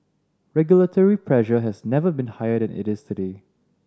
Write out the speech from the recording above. regulatory pressure has never been higher than it is today